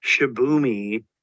Shibumi